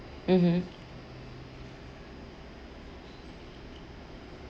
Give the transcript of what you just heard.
mmhmm